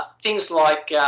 things like